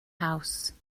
house